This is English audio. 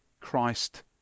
Christ